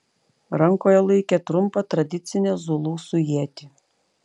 rankoje laikė trumpą tradicinę zulusų ietį